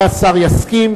אם השר יסכים,